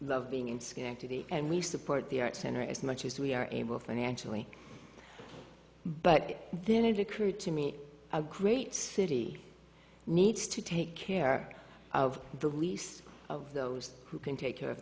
love being in schenectady and we support the arts center as much as we are able financially but then it occurred to me a great city needs to take care of the release of those who can take care of